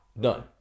done